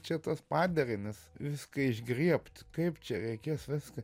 čia tuos padarinius viską išgriebt kaip čia reikės viską